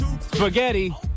Spaghetti